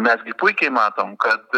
mes gi puikiai matom kad